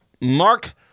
Mark